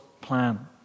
plan